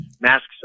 masks